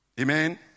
Amen